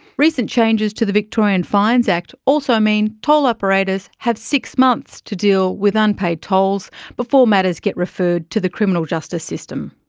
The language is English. recent changes to the victorian fines act also mean toll operators have six months to deal with unpaid tolls before matters get referred to the criminal justice system.